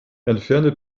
entferne